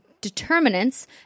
determinants